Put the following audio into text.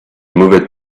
mauvais